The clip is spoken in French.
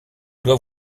dois